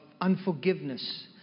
unforgiveness